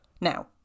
Now